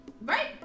Right